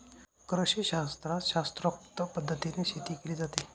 कृषीशास्त्रात शास्त्रोक्त पद्धतीने शेती केली जाते